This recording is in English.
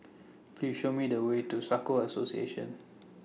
Please Show Me The Way to Soka Association